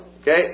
okay